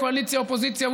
קואליציה אופוזיציה,